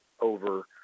over